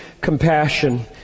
compassion